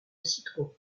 citron